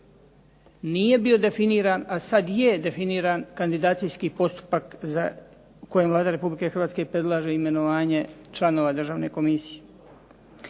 Nije bio definiran, a sad je definiran kandidacijski postupak za, u kojem Vlada Republike Hrvatske predlaže imenovanje članova državne komisije.